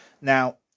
Now